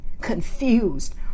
confused